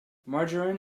margarine